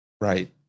Right